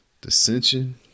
dissension